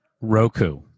roku